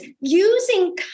using